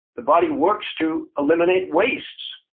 the body works to eliminate wastes,